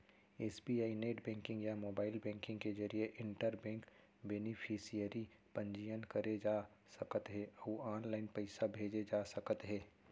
SBI net banking या mobile banking के जरिए इंटर बेंक बेनिफिसियरी पंजीयन करे जा सकत हे अउ ऑनलाइन पइसा भेजे जा सकत हे